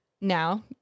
now